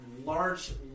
large